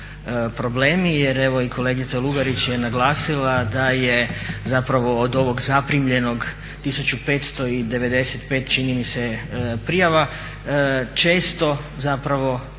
problemi jer evo i kolegica Lugarić je naglasila da je od ovog zaprimljenog 1.595 čini mi se prijava, često to